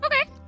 Okay